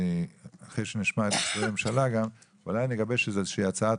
אחרי שגם נשמע את משרדי הממשלה - איזושהי הצעת